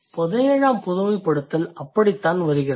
பதினேழாம் பொதுமைப்படுத்தல் அப்படித்தான் வருகிறது